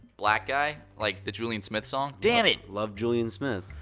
black guy? like the julian smith song? damn it! love julian smith.